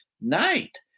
night